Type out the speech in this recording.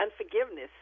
unforgiveness